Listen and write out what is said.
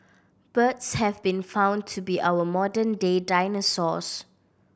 birds have been found to be our modern day dinosaurs